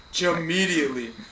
Immediately